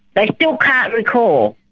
they still can't recall.